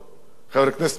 חבר הכנסת מאיר שטרית,